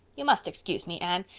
you must excuse me, anne.